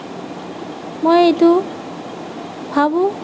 মই এইটো ভাবোঁ